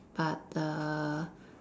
but the